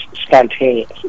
spontaneous